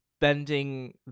bending